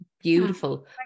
beautiful